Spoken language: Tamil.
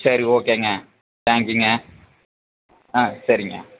சரி ஓகேங்க தேங்க்யூங்க ஆ சரிங்க